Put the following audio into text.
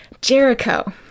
Jericho